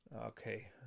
Okay